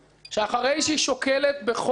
שאחרי שהיא שוקלת בכובד ראש,